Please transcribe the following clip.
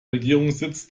regierungssitz